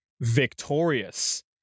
victorious